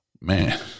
Man